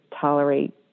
tolerate